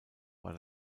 war